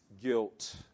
guilt